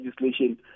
legislation